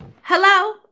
Hello